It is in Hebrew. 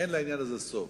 אין לעניין הזה סוף.